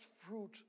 fruit